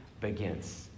begins